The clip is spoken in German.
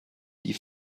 die